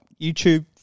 YouTube